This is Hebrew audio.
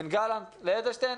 בין גלנט לאדלשטיין,